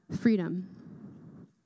freedom